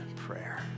prayer